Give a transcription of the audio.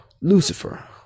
lucifer